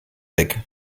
weg